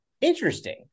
interesting